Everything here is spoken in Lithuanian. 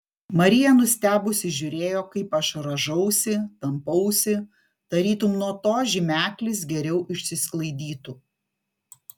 marija nustebusi žiūrėjo kaip aš rąžausi tampausi tarytum nuo to žymeklis geriau išsisklaidytų